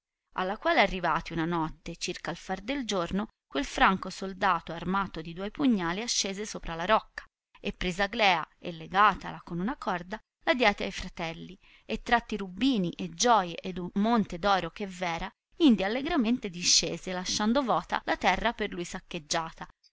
alla quale arrivati una notte circa il far del giorno quel franco soldato armato di duoi pugnali ascese sopra la rocca e presa aglea e legatala con una corda la diede a i fratelli e tratti e rubbini e gioie ed un monte d'oro che v'era indi allegramente discese lasciando vota la terra per lui saccheggiata